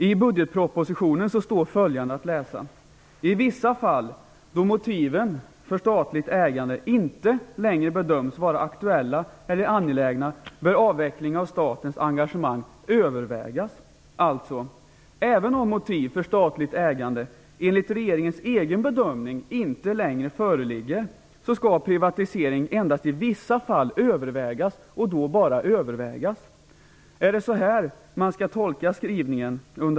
I budgetpropositionen står följande att läsa: I vissa fall, då motiven för statligt ägande inte längre bedöms vara aktuella eller angelägna, bör avveckling av statens engagemang övervägas. Även om motiv för statligt ägande enligt regeringens egen bedömning inte längre föreligger, skall privatisering endast i vissa fall övervägas - och då bara övervägas! Är det så man skall tolka skrivningen?